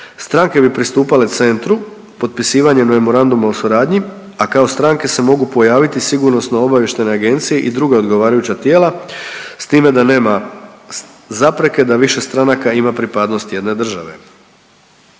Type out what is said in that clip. Stranke bi pristupale centru potpisivanjem Memoranduma o suradnji, a kao stranke se mogu pojaviti sigurnosno-obavještajne agencije i druga odgovarajuća tijela s time da nema zapreke da više stranka ima pripadnost jedne države.